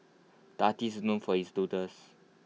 the artist is known for his doodles